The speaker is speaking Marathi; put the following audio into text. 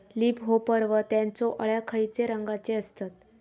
लीप होपर व त्यानचो अळ्या खैचे रंगाचे असतत?